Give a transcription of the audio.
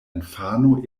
infano